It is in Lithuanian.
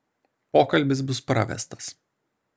pokalbis bus pravestas